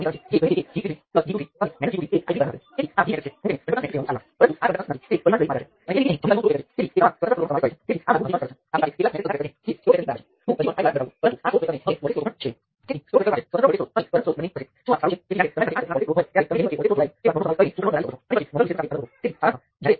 current નિયંત્રિત voltage સ્ત્રોતની જેમ મેં એક ગૂંચવણ ધ્યાનમાં લીધી નથી તે એ છે કે જ્યારે નિયંત્રિત કરંટ અહીં હોવાને બદલે જો તે અમુક વોલ્ટેજ સ્ત્રોત દ્વારા હોય તો તમે આ કરી શકશો નહીં તમે તેવી રીતે સમીકરણ લખી શકશો નહીં